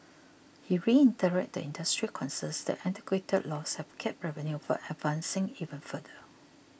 he reiterated the industry's concerns that antiquated laws have capped revenue from advancing even further